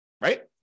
Right